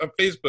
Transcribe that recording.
Facebook